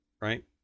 right